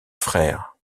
frère